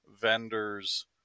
vendors